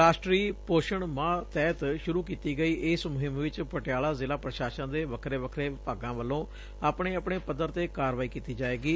ਰਾਸ਼ਟਰੀ ਪੋਸ਼ਣ ਮਾਹ ਤਹਿਤ ਸ਼ੁਰੁ ਕੀਤੀ ਗੱਈ ਇਸ ਮੁਹਿੰਮ ਵਿੱਚ ਪਟਿਆਲਾ ਜ਼ਿਲਾ ਪੁਸ਼ਾਸ਼ਨ ਦੇ ਵੱਖਰੇ ਵੱਖਰੇ ਵਿਭਾਗਾ ਵੱਲੋ' ਆਪਣੇ ਆਪਣੇ ਪੱਧਰ ਤੇ ਕਾਰਵਾਈ ਕੀਤੀ ਜਾਵੇਗੀ